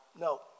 No